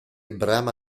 brama